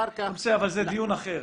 אחר כך --- בסדר, אבל זה דיון אחר.